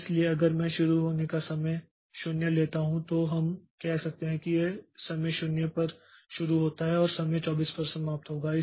इसलिए अगर मैं शुरू होने का समय 0 लेता हूं तो हम कह सकते हैं कि यह समय 0 पर शुरू होता है और समय 24 पर समाप्त होता है